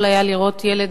חשובה מאוד.